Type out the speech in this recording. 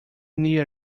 near